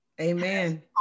amen